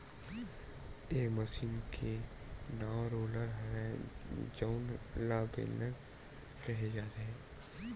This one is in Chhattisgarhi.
ए मसीन के नांव रोलर हरय जउन ल बेलन केहे जाथे